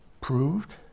proved